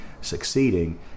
succeeding